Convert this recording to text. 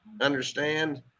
understand